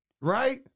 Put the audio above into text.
Right